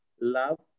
love